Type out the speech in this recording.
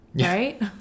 right